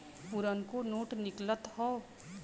पुरनको नोट निकालत हौ